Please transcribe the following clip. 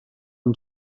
amb